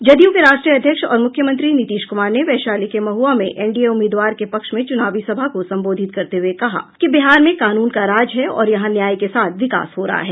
जदयू के राष्ट्रीय अध्यक्ष और मुख्यमंत्री नीतीश कुमार ने वैशाली के महुआ में एनडीए उम्मीदवार के पक्ष में चूनावी सभा को संबोधित करते हुए कहा कि बिहार में कानून का राज है और यहां न्याय के साथ विकास हो रहा है